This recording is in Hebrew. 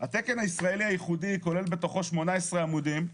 כולל בתוכו 18 עמודים.